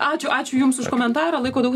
ačiū ačiū jums už komentarą laiko daug